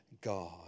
God